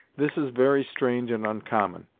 this is very strange and oncommon!